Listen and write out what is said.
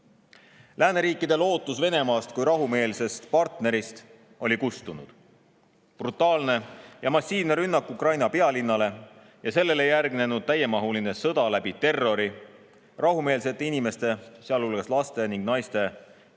Lääneriikide lootus Venemaast kui rahumeelsest partnerist oli kustunud. Brutaalne ja massiivne rünnak Ukraina pealinnale ja sellele järgnenud täiemahuline sõda terrori, rahumeelsete inimeste, sealhulgas laste ja naiste